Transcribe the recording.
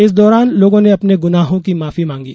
इस दौरान लोगों ने अपने गुनाहों की माफी मांगी